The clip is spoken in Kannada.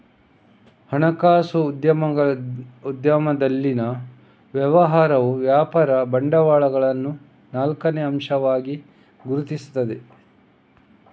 ಹಣಕಾಸು ಉದ್ಯಮದಲ್ಲಿನ ವ್ಯವಹಾರವು ವ್ಯಾಪಾರ ಬಂಡವಾಳವನ್ನು ನಾಲ್ಕನೇ ಅಂಶವಾಗಿ ಗುರುತಿಸುತ್ತದೆ